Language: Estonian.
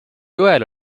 joel